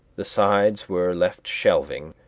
the sides were left shelving,